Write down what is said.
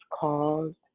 caused